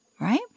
right